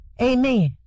Amen